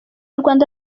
rwanda